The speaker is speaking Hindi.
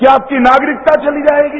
क्या आपकी नागरिकता चली जाएगी